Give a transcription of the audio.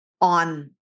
on